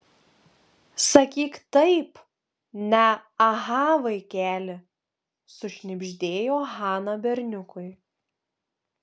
sakyk taip ne aha vaikeli sušnibždėjo hana berniukui